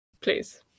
please